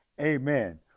Amen